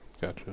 gotcha